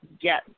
get